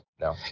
No